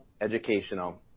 educational